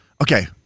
Okay